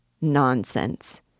Nonsense